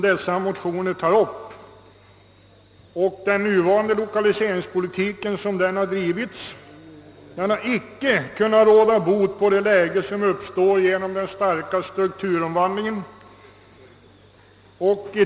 Den lokaliseringspolitik som bedrives för närvarande har icke kunnat råda bot på det läge som uppstår genom den starka strukturomvandlingen.